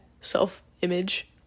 self-image